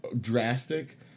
drastic